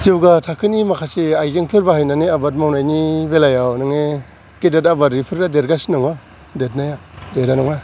जौगा थाखोनि माखासे आयजेंफोर बाहायनानै आबाद मावनायनि बेलायाव नोङो गेदेर आबादारिफ्रा देरगासिनो दङ देरनाया देरा नङा